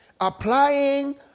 Applying